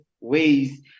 ways